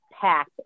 pack